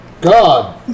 god